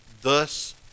thus